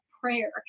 Prayer